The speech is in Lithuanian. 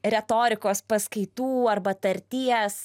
retorikos paskaitų arba tarties